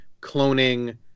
cloning